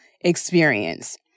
experience